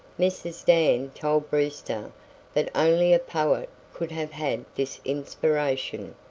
mrs. dan told brewster that only a poet could have had this inspiration.